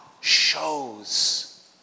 shows